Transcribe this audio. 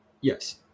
Yes